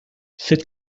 cette